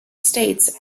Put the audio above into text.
states